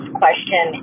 question